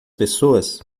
pessoas